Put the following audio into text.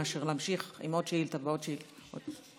מאשר להמשיך עם עוד שאילתה ועוד שאילתה.